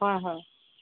হয় হয়